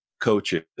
coaches